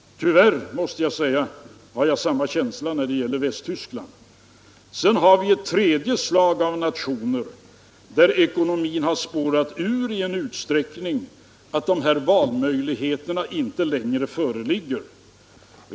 Tyvärr, måste jag säga, har jag samma känsla när det gäller Västtyskland. Sedan har vi ett tredje slag av nationer där ekonomin har spårat ur i en sådan utsträckning att de här valmöjligheterna inte längre föreligger.